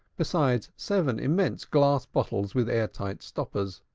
besides seven immense glass bottles with air-tight stoppers.